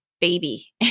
baby